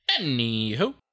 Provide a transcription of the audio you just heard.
Anywho